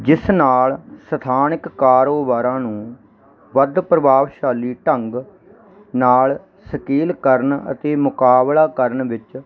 ਜਿਸ ਨਾਲ ਸਥਾਨਿਕ ਕਾਰੋਬਾਰਾਂ ਨੂੰ ਵੱਧ ਪ੍ਰਭਾਵਸ਼ਾਲੀ ਢੰਗ ਨਾਲ ਸਕੇਲ ਕਰਨ ਅਤੇ ਮੁਕਾਬਲਾ ਕਰਨ ਵਿੱਚ